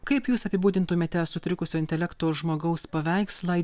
kaip jūs apibūdintumėte sutrikusio intelekto žmogaus paveikslą